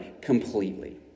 completely